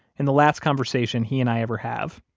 in the last conversation he and i ever have,